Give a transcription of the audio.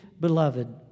beloved